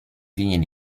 winien